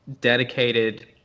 dedicated